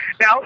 Now